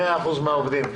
מאה אחוזים מהעובדים.